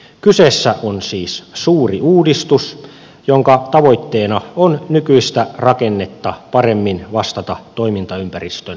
kyseessä on siis suuri uudistus jonka tavoitteena on nykyistä rakennetta paremmin vastata toimintaympäristön muutoksiin